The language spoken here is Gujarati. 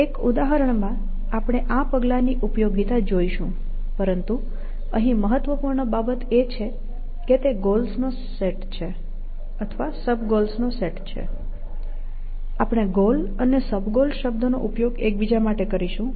એક ઉદાહરણમાં આપણે આ પગલાની ઉપયોગિતા જોશું પરંતુ અહીં મહત્વપૂર્ણ બાબત એ છે કે તે ગોલ્સનો સેટ છે અથવા સબ ગોલ્સનો સેટ છે આપણે ગોલ અને સબ ગોલ શબ્દ નો ઉપયોગ એકબીજા માટે કરીશું